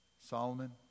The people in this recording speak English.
Solomon